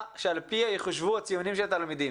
שעל פיה יחושבו הציונים של התלמידים.